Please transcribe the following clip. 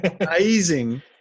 amazing